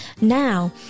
Now